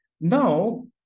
Now